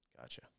Gotcha